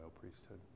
priesthood